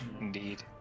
Indeed